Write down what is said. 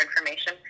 information